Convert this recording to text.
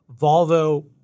Volvo